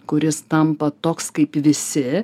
kuris tampa toks kaip visi